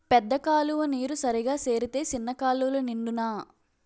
పెద్ద కాలువ నీరు సరిగా సేరితే సిన్న కాలువలు నిండునా